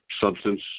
substance